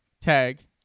Tag